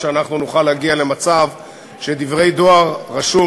שאנחנו נוכל להגיע למצב שדברי דואר רשום